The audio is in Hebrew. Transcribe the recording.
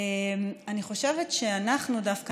אני חושבת שאנחנו דווקא,